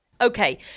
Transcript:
Okay